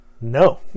No